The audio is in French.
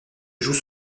joue